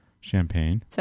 champagne